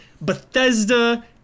Bethesda